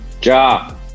Job